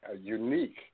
unique